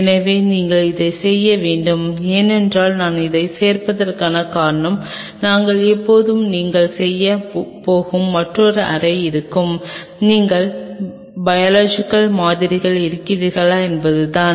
எனவே நீங்கள் இதைச் செய்ய வேண்டும் ஏனென்றால் நான் இதைச் சேர்ப்பதற்கான காரணம் நாங்கள் எப்போதுமே நீங்கள் செய்யப் போகும் மற்றொரு அறை இருக்கும் நீங்கள் பயோலொஜிக்கல் மாதிரிகள் இருக்கிறீர்களா என்பதுதான்